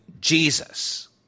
Jesus